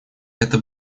это